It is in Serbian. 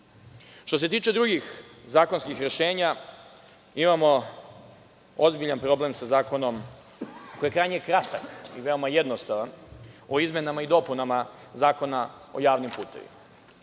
rok. Što se tiče drugih zakonskih rešenja, imamo ozbiljan problem sa zakonom koji je krajnje kratak i veoma jednostavan, o izmenama i dopunama Zakona o javnim putevima.